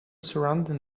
surrounding